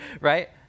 right